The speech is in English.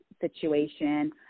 situation